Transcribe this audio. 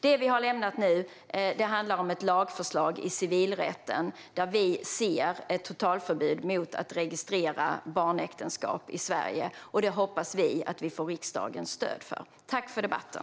Det vi har lämnat nu handlar om ett lagförslag i civilrätten där vi ser ett totalförbud mot att registrera barnäktenskap i Sverige. Det hoppas vi att vi får riksdagens stöd för. Tack för debatten!